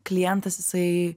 klientas jisai